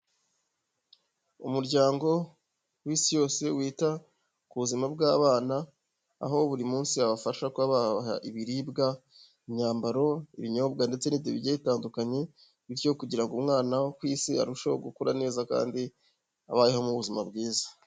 Umuryango w'isi yose wita ku buzima bw'abana, aho buri munsi babafasha kuba babaha ibiribwa, imyambaro, ibinyobwa ndetse n'ibindi bigiye bitandukanye, bityo kugira ngo umwana wo ku isi arusheho gukura neza, kandi abayeho mu buzima bwiza.